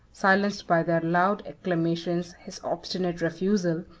silenced by their loud acclamations his obstinate refusal,